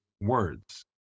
words